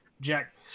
Jack